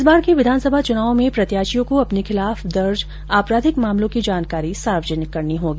इस बार के विधानसभा चुनाव में प्रत्याशियों को अपने खिलाफ दर्ज आपराधिक मामलों की जानकारी सार्वजनिक करनी होगी